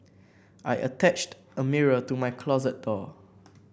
I attached a mirror to my closet door